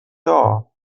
door